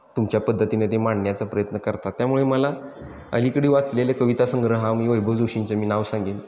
तुमच्या पद्धतीने ते मांडण्याचा प्रयत्न करतात त्यामुळे मला अलीकडे वाचलेले कविता संग्रह मी वैभव जोशींचं मी नाव सांगेन